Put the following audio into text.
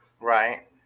Right